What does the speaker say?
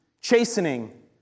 chastening